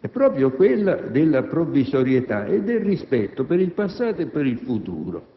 è proprio quella della provvisorietà e del rispetto per il passato e per il futuro.